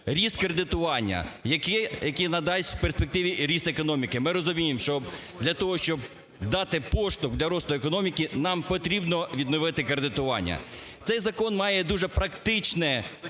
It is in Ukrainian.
кредитування, який надасть в перспективі і ріст економіки. Ми розуміємо, що для того, щоб дати поштовх для росту економіки нам потрібно відновити кредитування. Цей закон має дуже практичнепримінення.